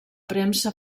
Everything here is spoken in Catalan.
premsa